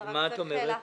מה את אומרת?